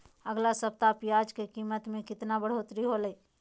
अगला सप्ताह प्याज के कीमत में कितना बढ़ोतरी होलाय?